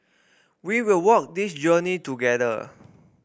we will walk this journey together